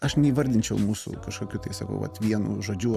aš neįvardinčiau mūsų kažkokiu tai sakau vat vienu žodžiu